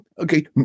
Okay